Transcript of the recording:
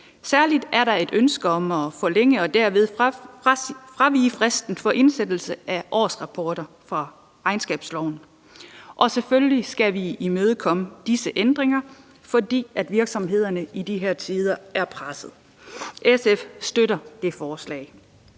Særlig er der et ønske om at forlænge og derved fravige fristen i regnskabsloven for indsendelse af årsrapporter. Selvfølgelig skal vi imødekomme disse ændringer, fordi virksomhederne i de her tider er pressede. SF støtter det forslag.